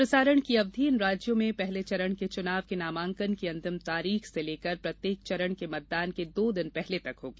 प्रसारण की अवधि इन राज्यों में पहले चरण के चुनाव के नामांकन की अंतिम तारीख से लेकर प्रत्येक चरण के मतदान के दो दिन पहले तक होगी